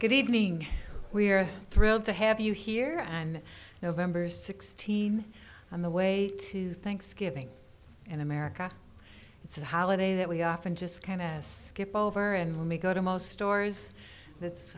good evening we're thrilled to have you here and november's sixteen on the way to thanksgiving in america it's a holiday that we often just chemists skip over and when we go to most stores that's